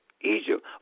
Egypt